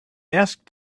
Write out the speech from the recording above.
asked